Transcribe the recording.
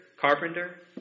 Carpenter